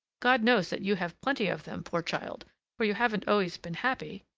god knows that you have plenty of them, poor child for you haven't always been happy!